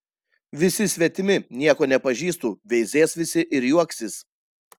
visi svetimi nieko nepažįstu veizės visi ir juoksis